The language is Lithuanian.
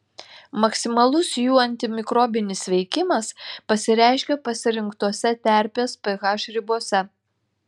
maksimalus jų antimikrobinis veikimas pasireiškia pasirinktose terpės ph ribose